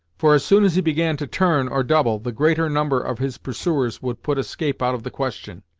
for as soon as he began to turn, or double, the greater number of his pursuers would put escape out of the question.